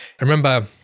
remember